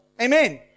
Amen